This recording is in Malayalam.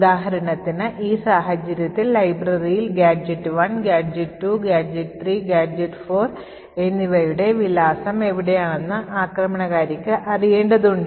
ഉദാഹരണത്തിന് ഈ സാഹചര്യത്തിൽ ലൈബ്രറിയിൽ ഗാഡ്ജെറ്റ് 1 ഗാഡ്ജെറ്റ് 2 ഗാഡ്ജെറ്റ് 3 ഗാഡ്ജെറ്റ് 4 എന്നിവയുടെ വിലാസം എവിടെയാണെന്ന് ആക്രമണകാരിക്ക് അറിയേണ്ടതുണ്ട്